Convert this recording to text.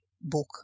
book